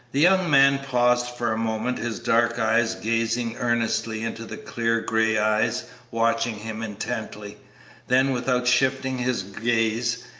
the young man paused for a moment, his dark eyes gazing earnestly into the clear gray eyes watching him intently then, without shifting his gaze,